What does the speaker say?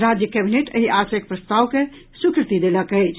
राज्य कैबिनेट एहि आशयक प्रस्ताव के स्वीकृति देलक अछि